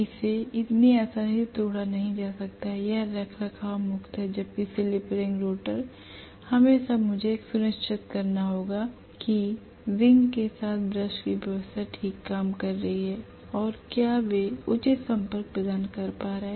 इसे इतनी आसानी से तोड़ा नहीं जा सकता यह रखरखाव मुक्त है जबकि स्लिप रिंग रोटर हमेशा मुझे यह सुनिश्चित करना होगा कि स्लिप रिंग के साथ ब्रश की व्यवस्था ठीक काम कर रही है और क्या वे उचित संपर्क प्रदान कर पा रहे हैं